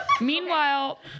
Meanwhile